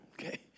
Okay